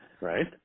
right